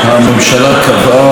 הממשלה קבעה,